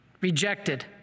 rejected